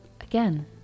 again